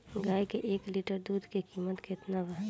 गाय के एक लिटर दूध के कीमत केतना बा?